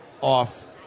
off